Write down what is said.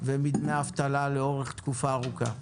ומדמי אבטלה לאורך תקופה ארוכה.